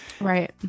Right